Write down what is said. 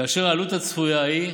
כאשר העלות הצפויה היא,